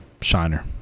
Shiner